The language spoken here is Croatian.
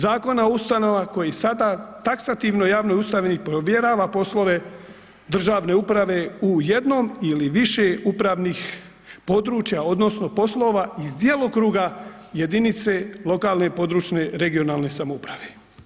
Zakona o ustanovama koji sada taksativno javnoj ustanovi povjerava poslove državne uprave u jednom ili više upravnih područja odnosno poslova iz djelokruga jedinice lokalne i područne (regionalne) samouprave.